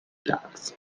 dogs